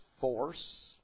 force